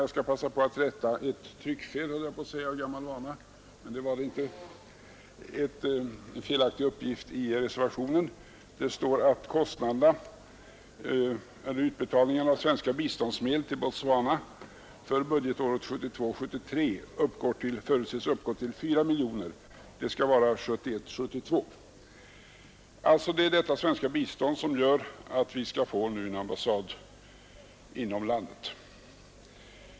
Jag skall passa på att rätta — jag höll på att av gammal vana säga ett tryckfel, men det är det inte — en felaktig uppgift i reservationen. Det står att utbetalningarna av svenska biståndsmedel till Botswana för budgetåret 1972 72. Det är detta svenska bistånd som gör att vi nu skall få en ambassad inom det landet.